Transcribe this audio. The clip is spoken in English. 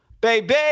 baby